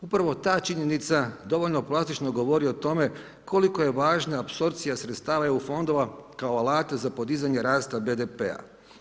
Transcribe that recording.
Upravo ta činjenica dovoljno plastično govori o tome koliko je važna apsorpcija sredstava EU fondova kao alata za podizanje rasta BDP-a.